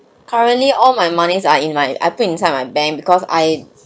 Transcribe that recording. currently all my moneys are in my I put inside my bank because I